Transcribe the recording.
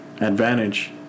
advantage